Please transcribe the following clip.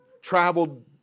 traveled